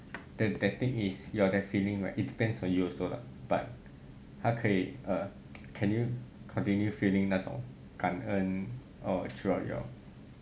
the thing is your that feeling right it depends on you also lah but 它可以 err can you continue feeling 那种感恩 throughout your